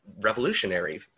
revolutionary